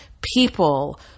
people